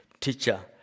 Teacher